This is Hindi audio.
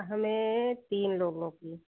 हमें तीन लोगों की